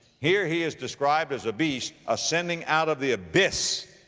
here he is described as a beast ascending out of the abyss.